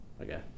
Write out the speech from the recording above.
Okay